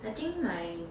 I think my